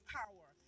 power